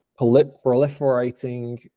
proliferating